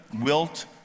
wilt